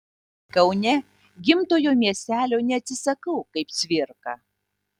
kaune gimtojo miestelio neatsisakau kaip cvirka